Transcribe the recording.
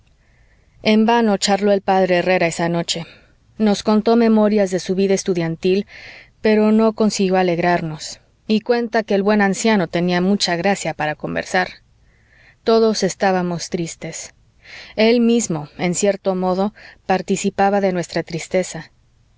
en vano charló el p herrera esa noche nos contó memorias de su vida estudiantil pero no consiguió alegrarnos y cuenta que el buen anciano tenía mucha gracia para conversar todos estábamos tristes el mismo en cierto modo participaba de nuestra tristeza